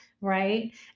right